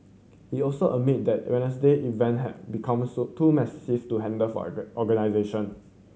he also admit that Wednesday event had become so too massive to handle for a organization